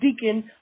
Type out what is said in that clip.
Deacon